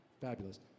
Fabulous